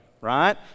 Right